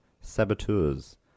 saboteurs